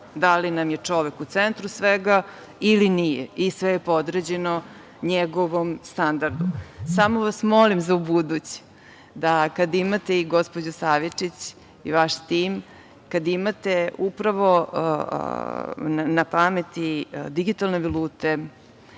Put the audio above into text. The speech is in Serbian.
da li nam je čovek u centru svega ili nije, i sve je podređeno njegovom standardu. Samo vas molim za ubuduće, da kada imate i gospođu Savičić i vaš tim, kada imate upravo na pameti digitalne valute,